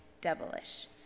devilish